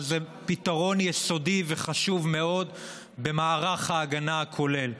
אבל זה פתרון יסודי וחשוב מאוד במערך ההגנה הכולל.